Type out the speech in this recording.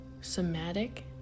somatic